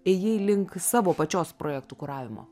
ėjai link savo pačios projektų kuravimo